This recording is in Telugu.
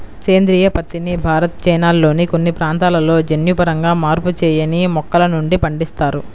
సేంద్రీయ పత్తిని భారత్, చైనాల్లోని కొన్ని ప్రాంతాలలో జన్యుపరంగా మార్పు చేయని మొక్కల నుండి పండిస్తారు